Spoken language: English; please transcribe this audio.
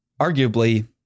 arguably